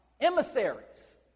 emissaries